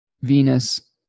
Venus